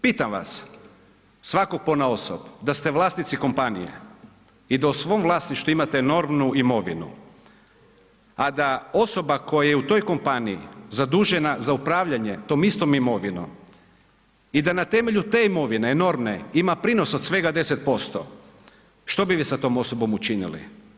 Pitam vas, svakog ponaosob da ste vlasnici kompanije i da u svom vlasništvu imate enormnu imovinu, a da osoba koja je u toj kompaniji zadužena za upravljanje tom istom imovinom i da na temelju te imovine, enormne, ima prinos od svega 10%, što bi vi sa tom osobom učinili?